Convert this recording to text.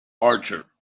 archer